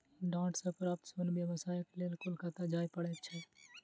डांट सॅ प्राप्त सोन व्यवसायक लेल कोलकाता जाय पड़ैत छै